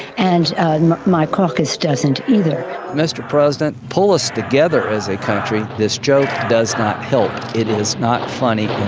and and my caucus doesn't either mr. president, pull us together as a country. this joke does not help. it is not funny